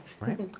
right